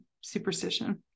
superstition